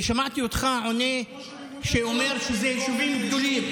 שמעתי אותך עונה ואומר שמדובר ביישובים גדולים.